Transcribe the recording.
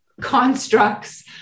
Constructs